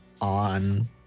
on